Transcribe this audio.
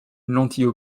lentille